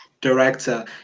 director